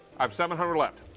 um seven hundred left.